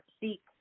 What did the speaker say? seek